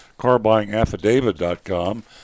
carbuyingaffidavit.com